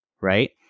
right